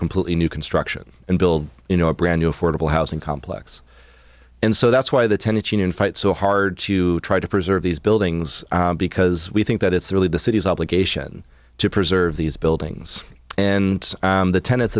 completely new construction and build you know a brand new affordable housing complex and so that's why the tenants union fight so hard to try to preserve these buildings because we think that it's really the city's obligation to preserve these buildings and the tenets